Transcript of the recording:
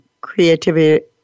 creativity